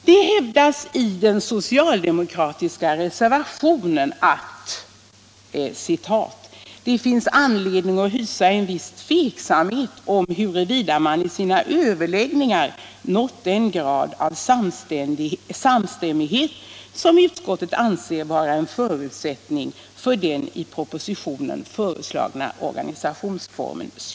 Det hävdas i den socialdemokratiska reservationen att ”det finns anledning att hysa en viss tveksamhet om huruvida man i sina överläggningar nått den grad av samstämmighet som utskottet anser vara en förutsättning för den i propositionen föreslagna organisationsformen”.